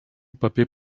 paper